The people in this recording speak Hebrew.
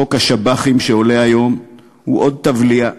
חוק השב"חים שעולה היום הוא עוד טבליה,